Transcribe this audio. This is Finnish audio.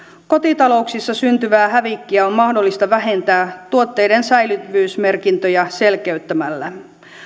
kotitalouksissa syntyvää hävikkiä on mahdollista vähentää tuotteiden säilyvyysmerkintöjä selkeyttämällä